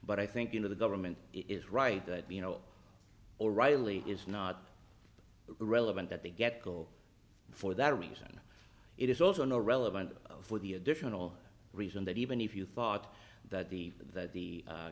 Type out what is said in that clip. but i think you know the government is right that you know or riley is not relevant that the get go for that reason it is also no relevant for the additional reason that even if you thought that the that the